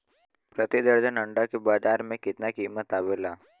प्रति दर्जन अंडा के बाजार मे कितना कीमत आवेला?